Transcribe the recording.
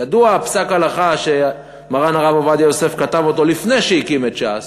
ידוע פסק ההלכה שמרן הרב עובדיה יוסף כתב לפני שהקים את ש"ס,